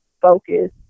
Focus